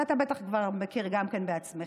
ואתה בטח כבר מכיר גם כן בעצמך,